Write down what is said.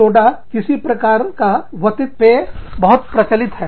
soda किसी प्रकार का वातित गैस से भरा हुआ पेय बहुत प्रचलित है